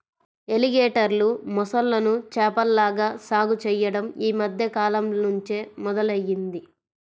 ఎలిగేటర్లు, మొసళ్ళను చేపల్లాగా సాగు చెయ్యడం యీ మద్దె కాలంనుంచే మొదలయ్యింది